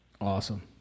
Awesome